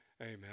Amen